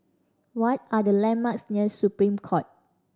what are the landmarks near Supreme Court